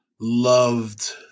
loved